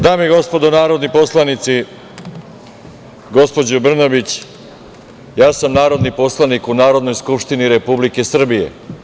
Dame i gospodo narodni poslanici, gospođo Brnabić, ja sam narodni poslanik u Narodnoj skupštini Republike Srbije.